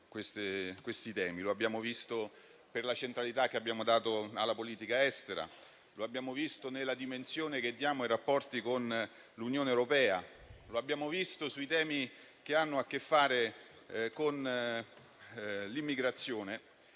in tante occasioni: per la centralità che abbiamo dato alla politica estera, nella dimensione che diamo ai rapporti con l'Unione europea, sui temi che hanno a che fare con l'immigrazione.